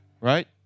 right